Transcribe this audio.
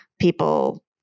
people